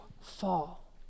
fall